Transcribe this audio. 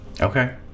Okay